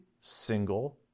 single